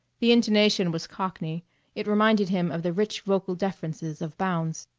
the intonation was cockney it reminded him of the rich vocal deferences of bounds.